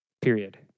period